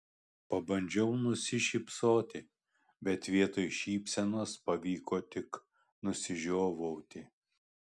pabandžiau nusišypsoti bet vietoj šypsenos pavyko tik nusižiovauti